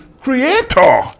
creator